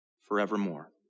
forevermore